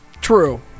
True